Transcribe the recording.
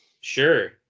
Sure